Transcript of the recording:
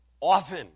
Often